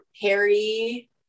harry